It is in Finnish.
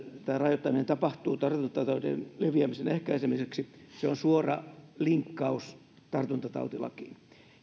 tämä rajoittaminen tapahtuu tartuntataudin leviämisen ehkäisemiseksi se on suora linkkaus tartuntatautilakiin